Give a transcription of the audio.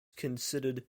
considered